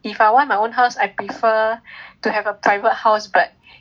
if I want my own house I prefer to have a private house but